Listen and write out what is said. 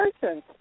person